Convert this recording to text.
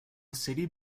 city